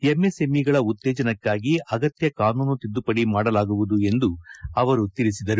ಎಂಎಸ್ಎಂಇಗಳ ಉತ್ತೇಜನಕ್ಕಾಗಿ ಆಗತ್ತ ಕಾನೂನು ತಿದ್ದುಪಡಿ ಮಾಡಲಾಗುವುದು ಎಂದು ಆವರು ತಿಳಿಸಿದರು